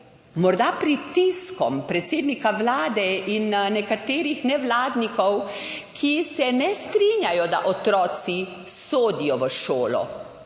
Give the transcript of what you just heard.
morda pritiskom predsednika Vlade in nekaterih nevladnikov, ki se ne strinjajo, da otroci sodijo v šolo,